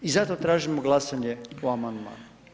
I zato tražimo glasanje o amandmanu.